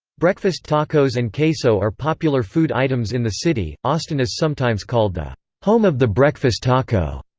breakfast tacos and queso are popular food items in the city austin is sometimes called the home of the breakfast taco.